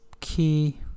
key